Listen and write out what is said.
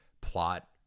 plot